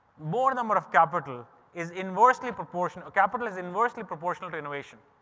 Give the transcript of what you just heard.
more number of capital is inversely proportional. capital is inversely proportional to innovation.